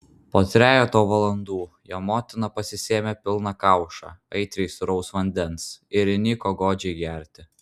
po trejeto valandų jo motina pasisėmė pilną kaušą aitriai sūraus vandens ir įniko godžiai gerti